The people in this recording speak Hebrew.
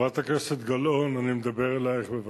חברת הכנסת גלאון, אני מדבר אלייך, בבקשה.